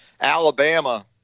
Alabama